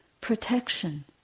protection